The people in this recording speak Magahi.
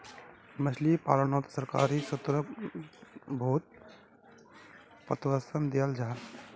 मछली पालानोत सरकारी स्त्रोत बहुत प्रोत्साहन दियाल जाहा